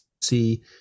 see